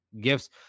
gifts